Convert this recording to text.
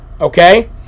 okay